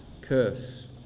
curse